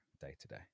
day-to-day